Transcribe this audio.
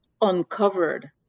uncovered